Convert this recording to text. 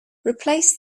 replace